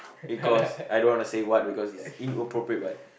because I don't want to say what because is inappropriate but